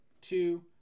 two